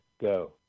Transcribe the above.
go